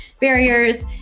barriers